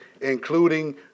including